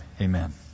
amen